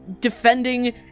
defending